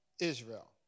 Israel